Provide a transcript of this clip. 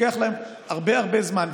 לוקח להם הרבה הרבה זמן,